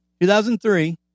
2003